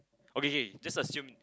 okay K just assume